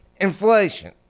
inflation